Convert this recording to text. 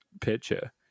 picture